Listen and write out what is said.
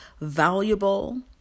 valuable